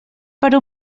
per